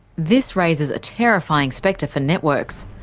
this raises a terrifying spectre for networks,